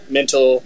mental